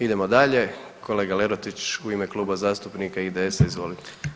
Idemo dalje, kolega Lerotić u ime Kluba zastupnika IDS-a, izvolite.